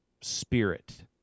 spirit